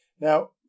Now